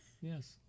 yes